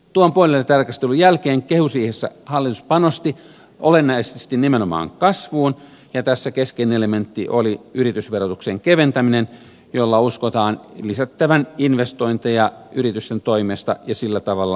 tuon puolivälitarkastelun jälkeen kehysriihessä hallitus panosti olennaisesti nimenomaan kasvuun ja tässä keskeinen elementti oli yritysverotuksen keventäminen jolla uskotaan lisättävän investointeja yritysten toimesta ja sillä tavalla kasvua